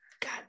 God